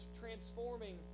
transforming